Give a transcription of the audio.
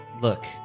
Look